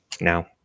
now